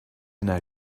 anar